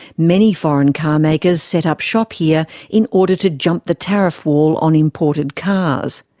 many foreign car makers set up shop here in order to jump the tariff wall on imported cars.